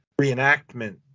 reenactment